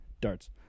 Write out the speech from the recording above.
Darts